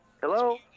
Hello